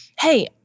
hey